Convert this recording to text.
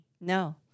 No